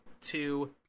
two